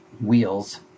wheels